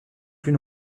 plus